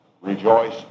Rejoice